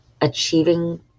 achieving